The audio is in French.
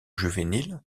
juvénile